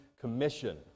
Commission